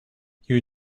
you